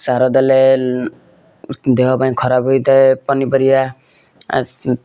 ସାର ଦେଲେ ଦେହ ପାଇଁ ଖରାପ ହୋଇଥାଏ ପନିପରିବା